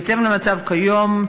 בהתאם למצב כיום,